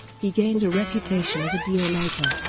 he gained a reputation as a dealmaker